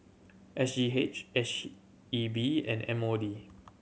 S G H H E B and M O D